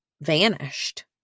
vanished